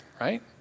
right